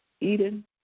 Eden